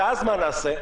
ואז מה נעשה?